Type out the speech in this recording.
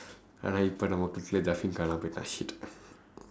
ஆனா இப்ப நம்ம:aanaa ippa namma clique-lae jafin காணாம போயிட்டான்:kaanaama pooyitdaan shit